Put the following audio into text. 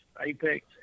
Apex